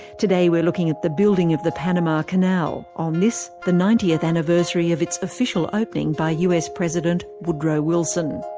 today we're looking at the building of the panama canal on this, the ninetieth anniversary of its official opening by us president, woodrow wilson.